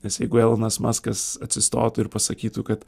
nes jeigu elonas maskas atsistotų ir pasakytų kad